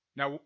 Now